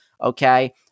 Okay